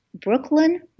Brooklyn